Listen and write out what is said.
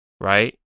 Right